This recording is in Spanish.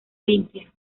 limpia